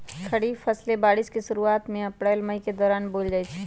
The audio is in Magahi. खरीफ फसलें बारिश के शुरूवात में अप्रैल मई के दौरान बोयल जाई छई